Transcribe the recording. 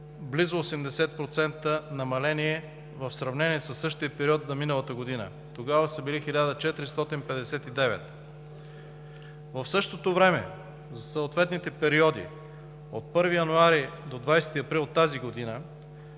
близо 80% намаление в сравнение със същия период на миналата година, когато са били 1459. В същото време за съответните периоди – от 1 януари до 20 април тази година,